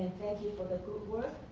thank you for the good work,